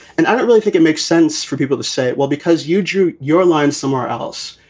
and i don't really think it makes sense for people to say it well, because you drew your line somewhere else.